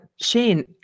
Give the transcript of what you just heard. Shane